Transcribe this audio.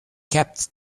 kept